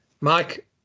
Mike